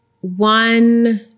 one